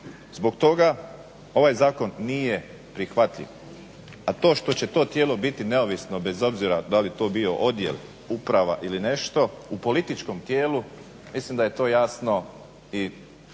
Zbog toga ovaj zakon nije prihvatljiv. A to što će to tijelo biti neovisno bez obzira da li to bio odjel, uprava ili nešto u političkom tijelu mislim da je to jasno i svakom